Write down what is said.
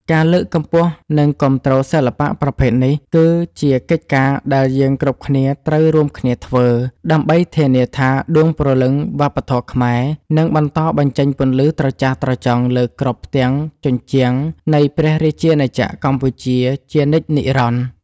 ការលើកកម្ពស់ និងគាំទ្រសិល្បៈប្រភេទនេះ គឺជាកិច្ចការដែលយើងគ្រប់គ្នាត្រូវរួមគ្នាធ្វើ ដើម្បីធានាថាដួងព្រលឹងវប្បធម៌ខ្មែរនឹងបន្តបញ្ចេញពន្លឺត្រចះត្រចង់លើគ្រប់ផ្ទាំងជញ្ជាំងនៃព្រះរាជាណាចក្រកម្ពុជាជានិច្ចនិរន្តរ៍។